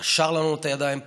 קשר לנו את הידיים פה,